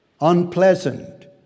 unpleasant